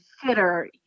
consider